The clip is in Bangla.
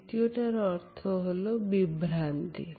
দ্বিতীয় টার অর্থ বিভ্রান্তি